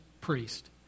priest